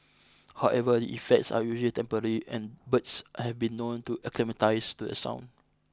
however the effects are usually temporary and birds have been known to acclimatise to a sound